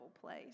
place